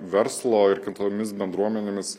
verslo ir kitomis bendruomenėmis